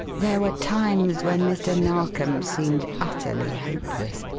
there were times when mr. narkom seemed utterly hopeless.